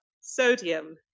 Sodium